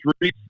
three